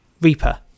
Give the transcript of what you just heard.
Reaper